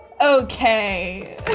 Okay